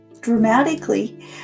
dramatically